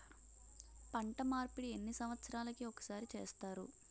పంట మార్పిడి ఎన్ని సంవత్సరాలకి ఒక్కసారి చేస్తారు?